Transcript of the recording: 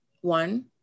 one